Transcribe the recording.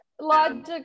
logic